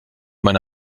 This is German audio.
meine